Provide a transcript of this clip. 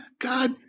God